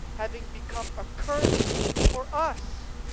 having become a curse for us.